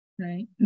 right